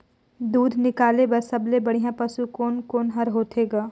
दूध निकाले बर सबले बढ़िया पशु कोन कोन हर होथे ग?